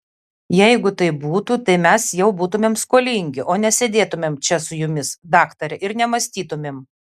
jeigu taip būtų tai mes jau būtumėm skolingi o nesėdėtumėm čia su jumis daktare ir nemąstytumėm